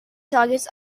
targets